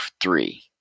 three